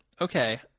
Okay